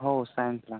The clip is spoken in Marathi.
हो सायन्सला